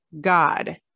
God